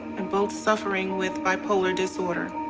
and both suffering with bipolar disorder.